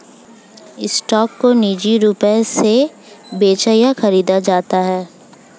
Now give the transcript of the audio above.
stock को निजी रूप से बेचा या खरीदा जाता है